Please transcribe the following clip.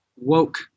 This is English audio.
woke